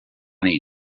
nit